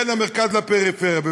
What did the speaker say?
בין המרכז לפריפריה.